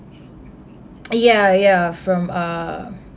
oh ya ya from uh